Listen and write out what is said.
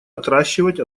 отращивать